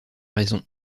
raison